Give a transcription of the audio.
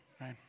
right